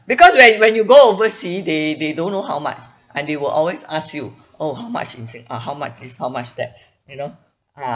because when when you go oversea they they don't know how much and they will always ask you oh how much in sing ah how much this how much that you know ah